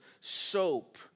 soap